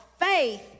faith